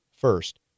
first